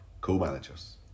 co-managers